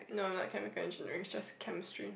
no I'm not chemical engineering it's just chemistry